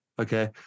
Okay